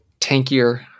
tankier